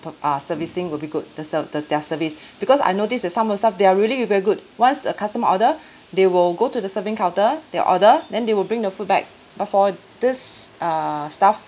p~ uh servicing will be good the serve the their service because I notice there's some uh staff they are really very good once a customer order they will go to the serving counter they order then they will bring the food back but for this err staff